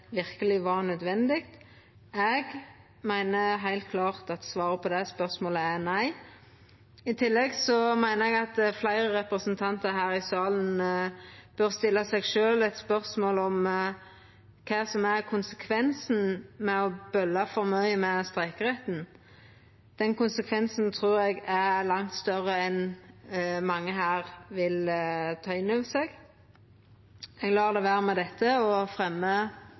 verkeleg var nødvendig. Eg meiner heilt klart at svaret på det spørsmålet er nei. I tillegg meiner eg at fleire representantar her i salen bør stilla seg sjølv eit spørsmål om kva som er konsekvensen av å bølla for mykje med streikeretten. Den konsekvensen trur eg er langt større enn mange her vil ta inn over seg. Eg lar det vera med dette og